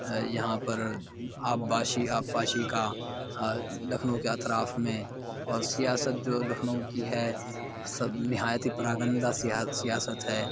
یہاں پر آبپاشی آبپاشی کا لکھنؤ کے اطراف میں اور سیاست جو لکھنؤ کی ہے سب نہایت ہی پراگندہ سیاست ہے